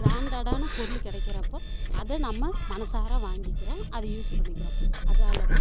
பிராண்டட்டான பொருள் கிடைக்கிறப்போ அதை நம்ம மனதார வாங்கிக்கிறோம் அதை யூஸ் பண்ணிக்கிறோம் அதாலே தான்